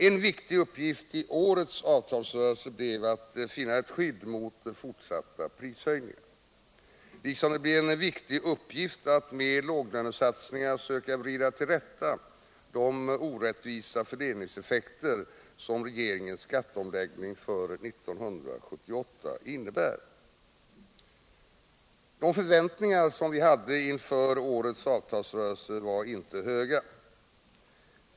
En viktig uppgift i årets avtalsrörelse blev att finna ett skydd mot fortsatta prishöjningar, liksom det blev en viktig uppgift att med låglönesatsningar söka vrida till rätta de orättvisa fördelningseffekter som regeringens skatteomläggning för 1978 innebär. Förväntningarna inför årets avtalsrörelse var inte höga.